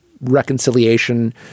reconciliation